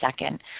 second